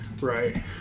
Right